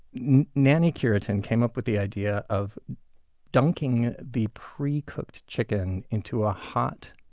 nannie cureton came up with the idea of dunking the pre-cooked chicken into a hot